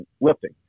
lifting